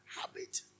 Habit